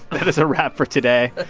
that is a wrap for today.